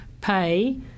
pay